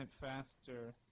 faster